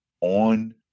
on